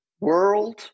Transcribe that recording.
world